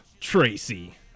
Tracy